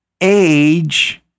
age